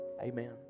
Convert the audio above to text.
Amen